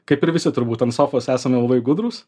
kaip ir visi turbūt ant sofos esam labai gudrūs